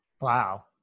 Wow